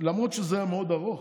למרות שזה היה מאוד ארוך,